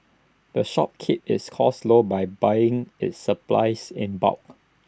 the shop keeps its costs low by buying its supplies in bulk